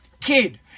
kid